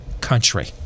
country